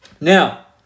Now